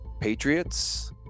Patriots